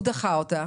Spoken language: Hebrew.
הוא דחה אותה.